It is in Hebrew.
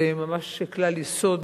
זה ממש כלל יסוד